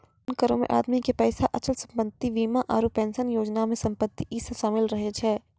धन करो मे आदमी के पैसा, अचल संपत्ति, बीमा आरु पेंशन योजना मे संपत्ति इ सभ शामिल रहै छै